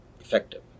effective